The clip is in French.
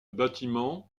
bâtiment